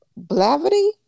Blavity